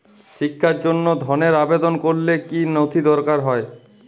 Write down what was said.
শিক্ষার জন্য ধনের আবেদন করলে কী নথি দরকার হয়?